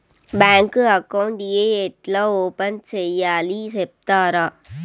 Bank account ఏ ఎట్లా open సేయాలి సెప్తారా?